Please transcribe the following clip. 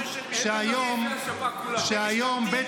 --- משתמטים שלא עשו יום אחד צבא ----- שהיום בית